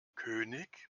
könig